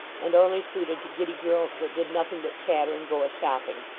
and only suited to giddy girls that did nothing but chatter and go a-shopping.